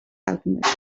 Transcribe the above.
alchemist